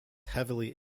heavily